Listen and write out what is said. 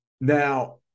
Now